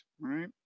right